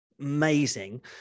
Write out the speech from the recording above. amazing